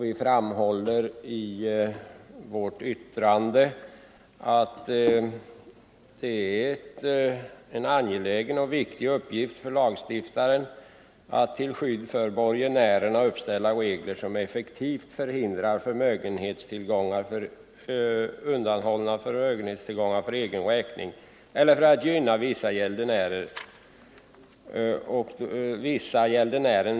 Vi framhåller i vårt yttrande att det är en angelägen och viktig uppgift för lagstiftaren ”att till skydd för borgenärerna uppställa regler som effektivt förhindrar gäldenärens möjligheter att ——-—- undanhålla förmögenhetstillgångar för egen räkning eller för att gynna vissa gäldenären närstående borgenärer”.